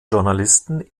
journalisten